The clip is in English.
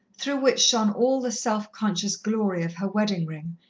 through which shone all the self-conscious glory of her wedding-ring,